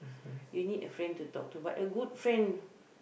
you need a friend to talk to but a good friend who